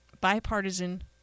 Bipartisan